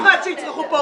אתה מוכן שיצרכו פורנו.